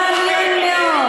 מעניין מאוד.